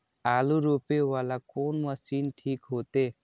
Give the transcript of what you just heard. आलू रोपे वाला कोन मशीन ठीक होते?